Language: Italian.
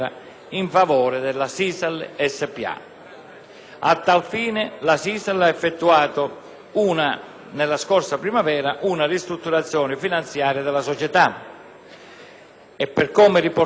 A tal fine, la SISAL ha effettuato, nella scorsa primavera, una ristrutturazione finanziaria della società. Come riportato nella relazione al disegno di legge di conversione,